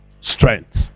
Strength